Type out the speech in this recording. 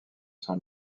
sans